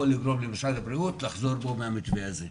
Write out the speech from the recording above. לגרום למשרד הבריאות לחזור בו מהמתווה הזה.